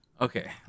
Okay